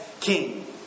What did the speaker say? king